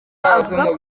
avuga